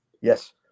Yes